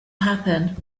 happen